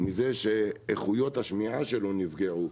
מזה שאיכויות השמיעה שלו נפגעו: